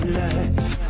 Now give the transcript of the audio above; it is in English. life